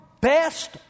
best